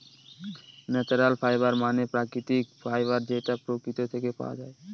natural fibre মানে প্রাকৃতিক fibre যেটা প্রকৃতি থেকে পাওয়া যায়